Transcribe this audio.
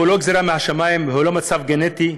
הוא לא גזירה מהשמים והוא לא מצב גנטי,